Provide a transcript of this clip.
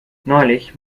neulich